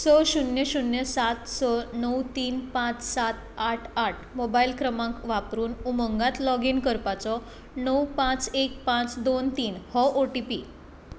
स शुन्य शुन्य सात स णव तीन पांच सात आठ आठ मोबायल क्रमांक वापरून उमंगात लॉगीन करपाचो णव पांच एक पांच दोन तीन हो ओ टी पी